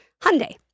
Hyundai